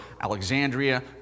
Alexandria